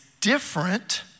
different